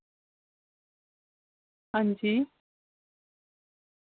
हांजी